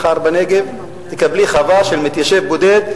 מחר תקבלי בנגב חווה של מתיישב בודד,